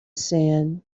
sand